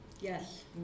Yes